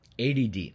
ADD